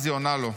אז היא עונה לו: